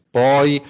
poi